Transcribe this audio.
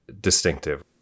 distinctive